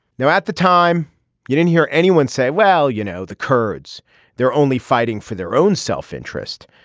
now at the time you didn't hear anyone say well you know the kurds they're only fighting for their own self-interest.